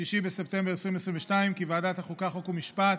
6 בספטמבר 2022, כי ועדת החוקה, חוק ומשפט